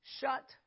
Shut